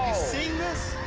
seeing this?